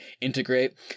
integrate –